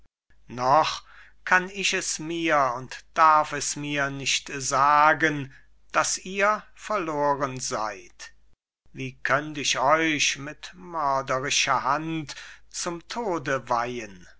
noch kann ich es mir und darf es mir nicht sagen daß ihr verloren seid wie könnt ich euch mit mörderischer hand dem tode weihen